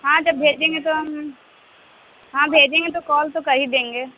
ہاں جب بھیجیں گے تو ہم ہاں بھیجیں گے تو کال تو کر ہی دیں گے